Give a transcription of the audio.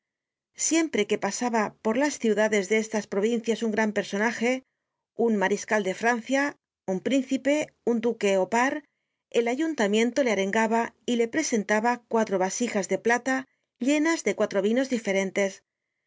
siempre que pasaba por las ciudades de estas'provincias un gran personaje un mariscal de francia un príncipe un duque ó par el ayuntamiento le arengaba y le presentaba cuatro vasijas de plata llenas de cuatro vinos diferentes en